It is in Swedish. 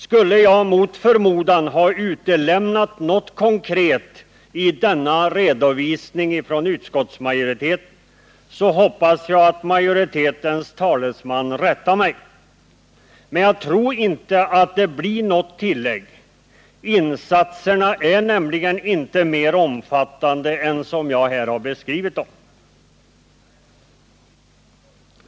Skulle jag mot förmodan ha utelämnat något konkret i denna redovisning hoppas jag att utskottsmajoritetens talesman rättar mig. Men jag tror inte att det blir något tillägg — insatserna är inte mer omfattande än som jag har beskrivit dem.